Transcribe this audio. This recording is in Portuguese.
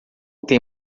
tem